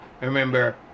remember